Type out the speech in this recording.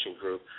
group